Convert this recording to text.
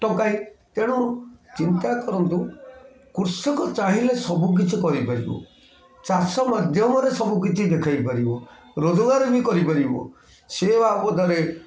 ଟଙ୍କାଏ ତେଣୁ ଚିନ୍ତା କରନ୍ତୁ କୃଷକ ଚାହିଁଲେ ସବୁ କିଛି କରିପାରିବ ଚାଷ ମାଧ୍ୟମରେ ସବୁ କିଛି ଦେଖେଇ ପାରିବ ରୋଜଗାର ବି କରିପାରିବ ସେ ବାବଦରେ